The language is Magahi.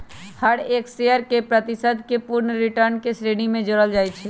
हर एक शेयर के प्रतिशत के पूर्ण रिटर्न के श्रेणी में जोडल जाहई